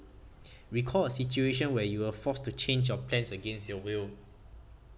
recall a situation where you were forced to change your plans against your will